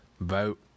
Vote